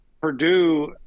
Purdue